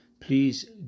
please